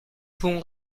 bons